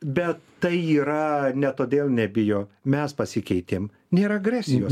bet tai yra ne todėl nebijo mes pasikeitėm nėra agresijos